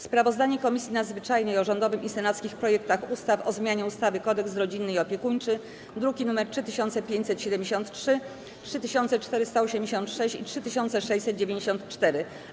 Sprawozdanie Komisji Nadzwyczajnej o rządowym i senackim projektach ustaw o zmianie ustawy Kodeks rodzinny i opiekuńczy, druki nr 3573, 3486 i 3694,